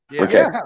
Okay